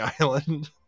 island